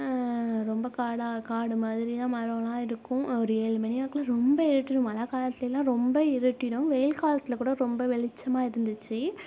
ரொம்ப காடாக காடு மாதிரிலாம் மரமெலாம் இருக்கும் ஒரு ஏழு மணி வாக்கில் ரொம்ப இருட்டிவிடும் மழை காலத்தில் எல்லாம் ரொம்ப இருட்டிவிடும் வெயில் காலத்தில் கூட ரொம்ப வெளிச்சமாக இருந்துச்சு